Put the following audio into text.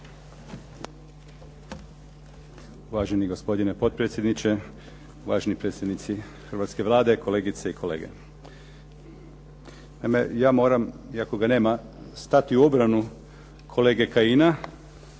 Uvaženi gospodine potpredsjedniče, uvaženi predstavnici Hrvatske vlade, kolegice i kolege. Naime, ja moram iako ga nema stati u obranu kolege Kajina,